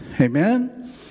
Amen